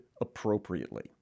appropriately